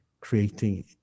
creating